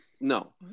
no